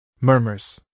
Murmurs